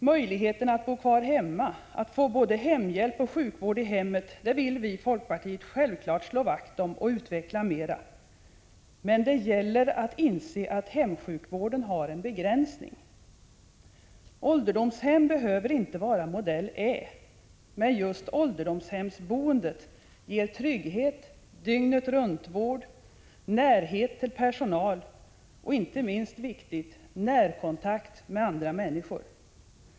Möjligheten att bo kvar hemma och få både hemhjälp och sjukvård i hemmet vill vi i folkpartiet självklart slå vakt om och utveckla mera. Men det gäller att inse att hemsjukvården har en begränsning. Ålderdomshem behöver inte vara modell Ä, men just ålderdomshemsboendet ger trygghet, dygnet-runt-vård, närhet till personal och, inte minst viktigt, närkontakt med andra människor.